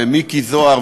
ומיקי זוהר,